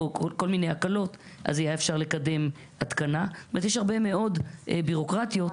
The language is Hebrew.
אנחנו עובדים יחד עם המדענית הראשית של הגנת הסביבה,